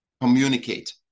communicate